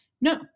No